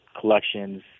collections